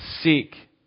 seek